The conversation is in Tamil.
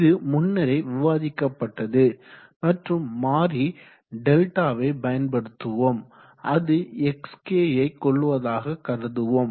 இது முன்னரே விவாதிக்கப்பட்டது மற்றும் மாறி டெல்டாவை பயன்படுத்துவோம் அது xk யை கொள்வதாக கருதுவோம்